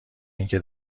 اینکه